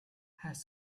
has